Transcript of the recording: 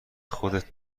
خودت